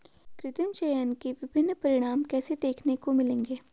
कृत्रिम चयन के विभिन्न परिणाम कैसे देखने को मिलेंगे?